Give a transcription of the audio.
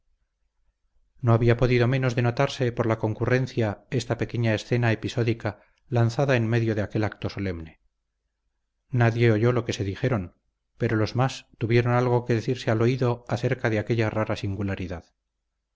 no había podido menos de notarse por la concurrencia esta pequeña escena episódica lanzada en medio de aquel acto solemne nadie oyó lo que se dijeron pero los más tuvieron algo que decirse al oído acerca de aquella rara singularidad